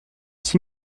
six